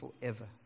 forever